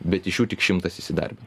bet iš jų tik šimtas įsidarbino